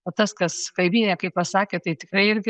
o tas kas kaimynė kaip pasakė tai tikrai irgi